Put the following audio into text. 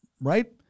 right